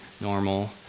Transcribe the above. normal